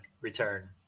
return